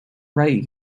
right